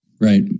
Right